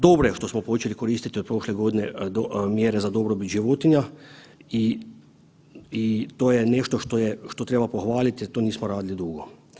Dobro je što smo počeli koristiti od prošle godine mjere za dobrobit životinja i to je nešto što treba pohvaliti jer to nismo radili dugo.